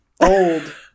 Old